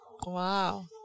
wow